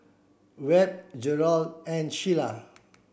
Webb Jerrold and Shelia